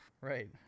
Right